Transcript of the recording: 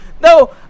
No